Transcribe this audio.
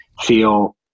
feel